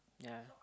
yeah